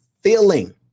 feeling